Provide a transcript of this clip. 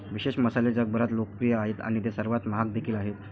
विशेष मसाले जगभरात लोकप्रिय आहेत आणि ते सर्वात महाग देखील आहेत